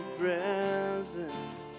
presence